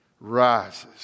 rises